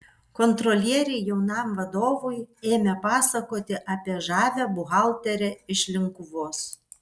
kontrolieriai jaunam vadovui ėmė pasakoti apie žavią buhalterę iš linkuvos